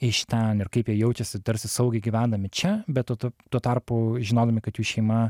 iš ten ir kaip jie jaučiasi tarsi saugiai gyvendami čia bet o tu tuo tarpu žinodami kad jų šeima